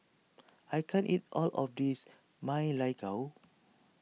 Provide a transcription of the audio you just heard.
I can't eat all of this Ma Lai Gao